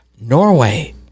Norway